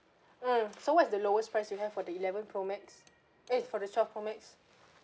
mm so what is the lowest price you have for the eleven pro max eh for the twelve pro max